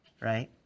Right